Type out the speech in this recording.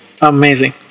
Amazing